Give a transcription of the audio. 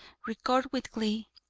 record with glee,